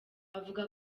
avuga